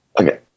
okay